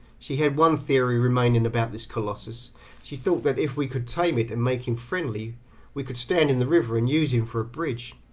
she had one theory remaining about this colossus she thought that if we could tame it and make him friendly we could stand in the river and use him for a bridge.